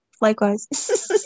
Likewise